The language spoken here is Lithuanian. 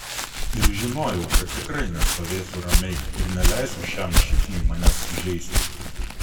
ir žinojau kad tikrai nestovėsiu ramiai ir neleisiu šiam šikniui manęs sužeisti